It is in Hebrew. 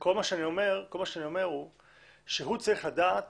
כל מה שאני אומר הוא שהוא צריך לדעת